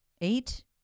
Eight